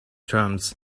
terms